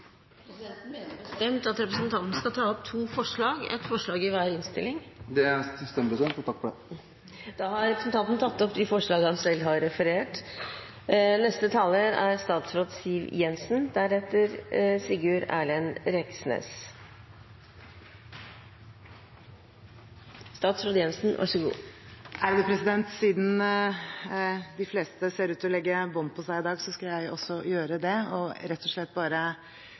Presidenten mener bestemt at representanten skal ta opp to forslag, ett forslag i hver innstilling. Det stemmer, president. Takk for det. Da har representanten tatt opp forslagene han har referert til. Siden de fleste ser ut til å legge bånd på seg i dag, skal jeg også gjøre det, og rett og slett bare